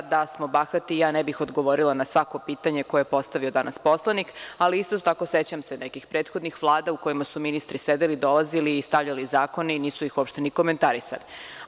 Da smo bahati ja ne bih odgovorila na svako pitanje koje je postavio danas poslanik, ali isto tako sećam se nekih prethodnih vlada, u kojima su ministri sedeli, dolazili i stavljali zakone i nisu ih uopšte ni komentarisali.